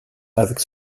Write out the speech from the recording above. avec